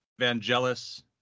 Vangelis